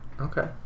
Okay